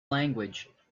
language